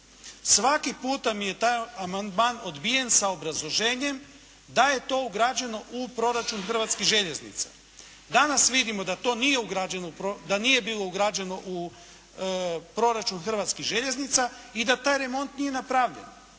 Svaki puta mi je taj amandman odbijen sa obrazloženjem da je to ugrađeno u proračun hrvatskih željeznica. Danas vidimo da to nije bilo ugrađeno u proračun hrvatskih željeznica i da taj remont nije napravljen.